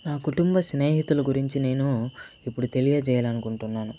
నా కుటుంబ స్నేహితుల గురించి నేను ఇప్పుడు తెలియజేయాలనుకుంటున్నాను